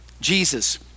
Jesus